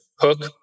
hook